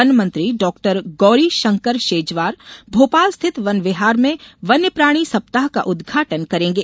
one मंत्री डॉ गौरीशंकर शेजवार मोपाल स्थित वन विहार में वन्य प्राणी सप्ताह का उद्घाटन करेंगे